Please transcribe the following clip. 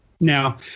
now